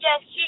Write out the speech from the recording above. Yes